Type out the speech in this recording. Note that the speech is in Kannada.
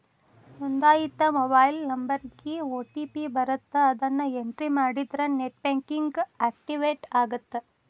ನೋಂದಾಯಿತ ಮೊಬೈಲ್ ನಂಬರ್ಗಿ ಓ.ಟಿ.ಪಿ ಬರತ್ತ ಅದನ್ನ ಎಂಟ್ರಿ ಮಾಡಿದ್ರ ನೆಟ್ ಬ್ಯಾಂಕಿಂಗ್ ಆಕ್ಟಿವೇಟ್ ಆಗತ್ತ